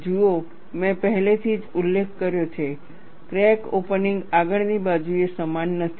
જુઓ મેં પહેલેથી જ ઉલ્લેખ કર્યો છે ક્રેક ઓપનિંગ આગળની બાજુએ સમાન નથી